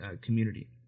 community